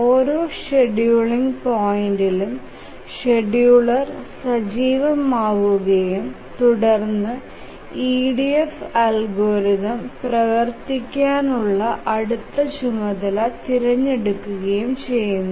ഓരോ ഷെഡ്യൂളിംഗ് പോയിന്റിലും ഷെഡ്യൂളർ സജീവമാവുകയും തുടർന്ന് EDF അൽഗോരിതം പ്രവർത്തിപ്പിക്കുന്നതിനുള്ള അടുത്ത ചുമതല തിരഞ്ഞെടുക്കുകയും ചെയ്യുന്നു